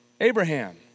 Abraham